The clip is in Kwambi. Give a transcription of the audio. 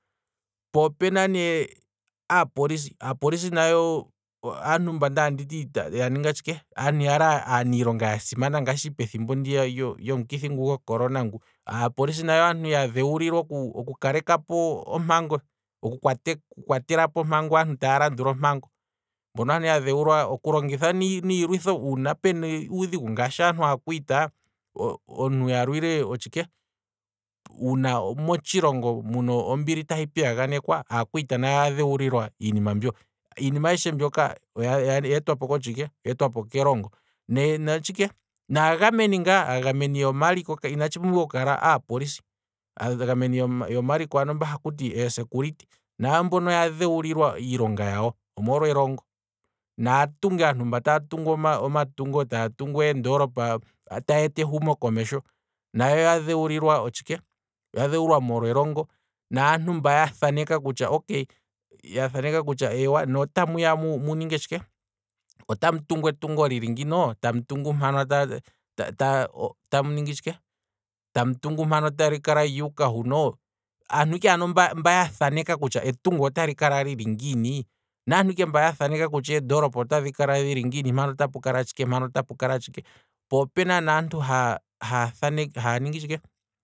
Po opena nee aapolisi, aapolisi aantu mba kwali anditi ya ninga tshike, aantu yali aaniilonga yasimana ngashi pethimbo ndi lyocorona ngu, aapolisi nayo aantu ya dhewulilwa oku kalekapo ompango, oku kwatelapo ompango aantu taya landula, mbono aantu ya dhewulwa oku longitha niilwitho uuna pena uudhigu, ngaashi aantu aakwita, aantu ya lwile otshike, uuna motshilongo muna ombili tahi piya ganekwa, aakwita nayo oya dhewulilwa iinima mbyo, iinima ayishe mbyoka oyee twapo kelongo, natshike, naagameni ngaa, aagameni yomaliko ina tshi pumbiwaike aapolisi. aagameni yomaliko mba hakuti eesecurity naambono oya dhewulilwa iilonga yawo omolwa elongo, naatungi, aantu mba taya tungu omatungo, taya tungu eendolopa, taya eta eshumo komesho, nayo oya dhewulilwa otshike, oya dhewulwa molwa elongo, naantu mba ya thaneka kutya eewa, ne otamuya muninge tshike, otamuya mutunge etungo lili ngino, otamu tungu etungo lili mpano, tamu ya muninge tshike, tamu tungu mpano, tali kala lyuuka huno, aantu ike mba ya thaneka kutya etungo otali kala lyili ngiini, naantu ike mba yathaneka kutya eendolopa otadhi kala dhili ngiini, mpano otapu kala tshike, po opena ne aantu haa ningi tshike, aantu haya thaneke